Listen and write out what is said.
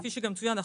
כפי שצוין,